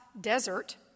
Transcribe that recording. desert